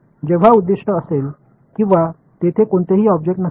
जेव्हा उद्दीष्ट असेल किंवा तेथे कोणतेही ऑब्जेक्ट नसेल